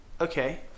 Okay